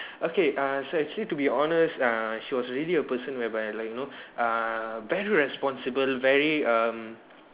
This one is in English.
okay uh so actually to be honest uh she was really a person where by like you know uh very responsible very um